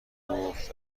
گفت